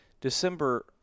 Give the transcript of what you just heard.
December